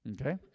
okay